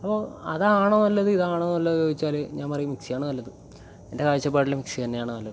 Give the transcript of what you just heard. അപ്പോൾ അതാണോ നല്ലത് ഇതാണോ നല്ലത് ചോദിച്ചാൽ ഞാൻ പറയും മിക്സി ആണ് നല്ലത് എൻ്റെ കാഴ്ചപ്പാടിൽ മിക്സി തന്നെയാണ് നല്ലത്